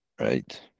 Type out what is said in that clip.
Right